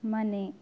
ಮನೆ